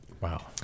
wow